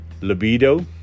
libido